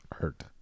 Art